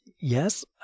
yes